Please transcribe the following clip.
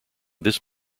this